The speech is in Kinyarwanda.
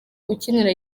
ukinira